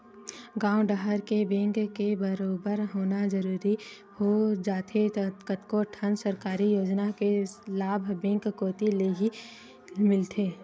गॉंव डहर के बेंक के बरोबर होना जरूरी हो जाथे कतको ठन सरकारी योजना के लाभ बेंक कोती लेही मिलथे